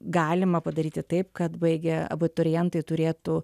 galima padaryti taip kad baigę abiturientai turėtų